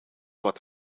wat